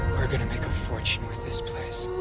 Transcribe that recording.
we're gonna make a fortune with this place.